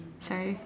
sorry